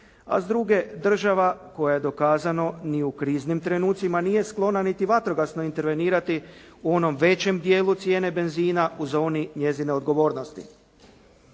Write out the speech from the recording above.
a s druge država koja je dokazano ni u kriznim trenucima nije sklona niti vatrogasno intervenirati u onom većem dijelu cijene benzina u zoni njezine odgovornosti.